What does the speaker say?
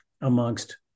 amongst